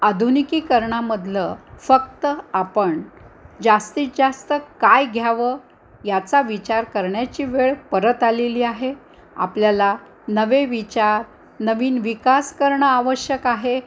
आधुनिकीकरणामधलं फक्त आपण जास्तीत जास्त काय घ्यावं याचा विचार करण्याची वेळ परत आलेली आहे आपल्याला नवे विचार नवीन विकास करणं आवश्यक आहे